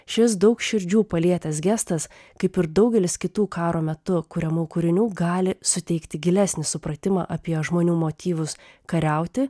šis daug širdžių palietęs gestas kaip ir daugelis kitų karo metu kuriamų kūrinių gali suteikti gilesnį supratimą apie žmonių motyvus kariauti